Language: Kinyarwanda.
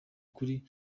kuri